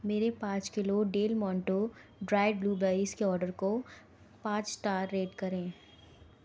मेरे पाँच kilo Del Monte dried blueberries के ऑर्डर को पाँच स्टार रेट करें